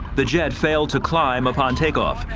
the jet failed to climb upon takeoff,